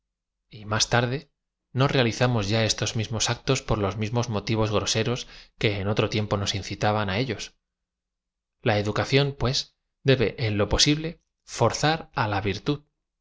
y más tarde no realizamos y a estos mismos actos por los mismos motivos groseros que en otro tiempo nos incitaban á ellos l a educación pues debe en lo posible fo rz a r á la virtud